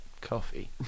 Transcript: coffee